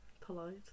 polite